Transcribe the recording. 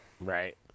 Right